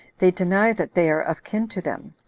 they deny that they are of kin to them,